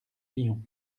lyon